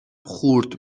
خورد